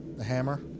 the hammer,